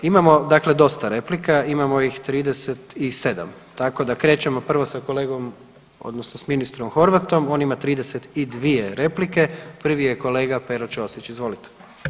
Imamo dakle dosta replika, imamo ih 37, tako da krećemo prvo sa kolegom, odnosno s ministrom Horvatom, on ima 32 replike, prvi je kolega Pero Ćosić, izvolite.